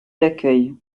d’accueil